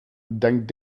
dank